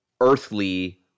earthly